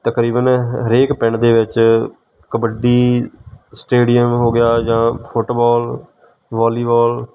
ਤਕਰੀਬਨ ਹਰੇਕ ਪਿੰਡ ਦੇ ਵਿੱਚ ਕਬੱਡੀ ਸਟੇਡੀਅਮ ਹੋ ਗਿਆ ਜਾਂ ਫੁਟਬਾਲ ਵਾਲੀਬਾਲ